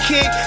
Kick